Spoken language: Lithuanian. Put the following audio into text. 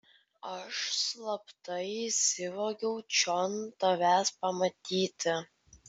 aš slapta įsivogiau čion tavęs pamatyti